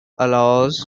allows